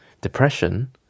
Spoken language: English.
depression